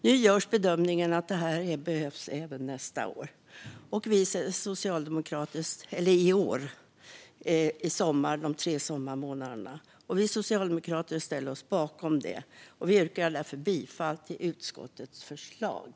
Nu görs bedömningen att detta behövs även i sommar, och vi socialdemokrater ställer oss bakom det. Jag yrkar därför bifall till utskottets förslag.